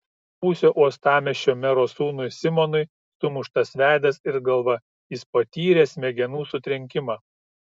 buvusio uostamiesčio mero sūnui simonui sumuštas veidas ir galva jis patyrė smegenų sutrenkimą